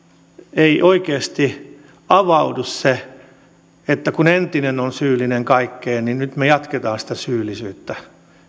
ei oikeasti avaudu se että kun entinen on syyllinen kaikkeen niin nyt me jatkamme sitä syyllisyyttä